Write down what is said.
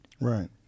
Right